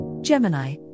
Gemini